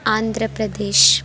आन्ध्रप्रदेशः